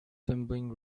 tumbling